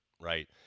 right